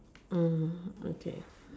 okay